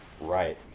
Right